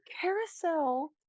carousel